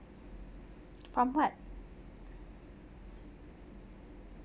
from what